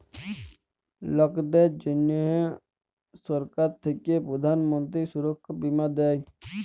লকদের জনহ সরকার থাক্যে প্রধান মন্ত্রী সুরক্ষা বীমা দেয়